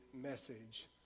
message